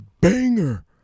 banger